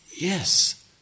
yes